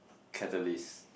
catalyst